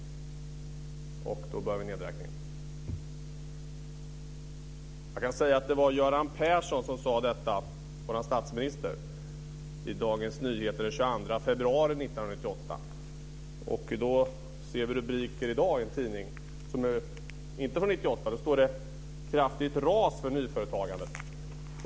Då börjar vi nedräkningen. Jag kan säga att det var Göran Persson, vår statsminister, som sade detta i Dagens Nyheter den 22 februari 1998. I dag ser vi rubriker i en tidning som inte är från 1998. Där står: Kraftigt ras för nyföretagandet.